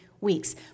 weeks